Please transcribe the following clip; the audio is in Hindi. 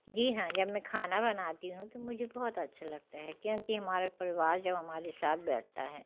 जी हाँ जब मैं खाना बनाती हूँ तो मुझे बहुत अच्छा लगता है क्योंकि हमारा परिवार जब हमारे साथ बैठता है